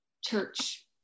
church